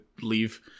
leave